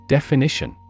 Definition